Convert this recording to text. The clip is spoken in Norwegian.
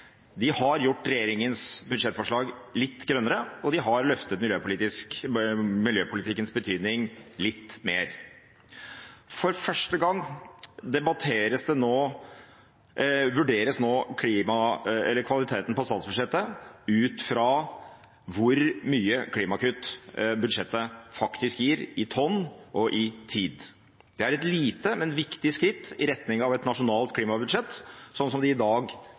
De har gjort regjeringens budsjettforslag litt grønnere, og de har løftet miljøpolitikkens betydning litt mer. For første gang vurderes nå kvaliteten på statsbudsjettet ut fra hvor store klimagasskutt budsjettet faktisk gir, i tonn og i tid. Det er et lite, men viktig skritt i retning av et nasjonalt klimabudsjett, sånn som de i dag